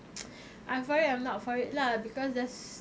I'm for it I'm not for it lah because there's